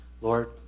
Lord